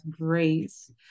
grace